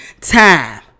time